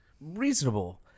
reasonable